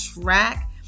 track